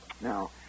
Now